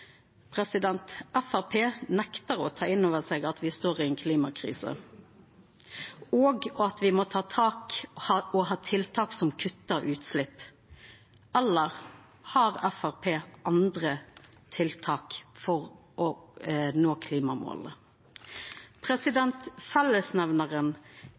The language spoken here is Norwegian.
nektar å ta inn over seg at me står i ei klimakrise, og at me må ha tiltak som kuttar utslepp. Eller har Framstegspartiet andre tiltak for å nå